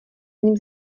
ním